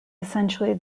essentially